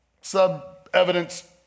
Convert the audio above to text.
sub-evidence